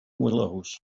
willows